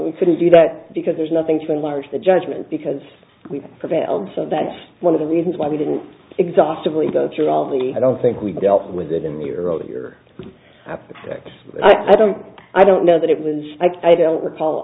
we couldn't do that because there's nothing too large the judgment because we prevailed so that's one of the reasons why we didn't exhaustively go through all of the i don't think we dealt with it in the earlier that i don't i don't know that it was i don't recall